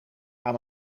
aan